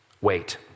wait